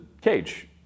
cage